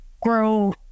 grow